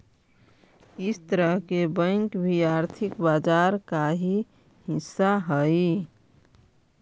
हर तरह के बैंक भी आर्थिक बाजार का ही हिस्सा हइ